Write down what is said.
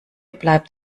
bleibt